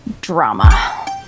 drama